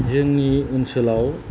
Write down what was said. जोंनि ओनसोलाव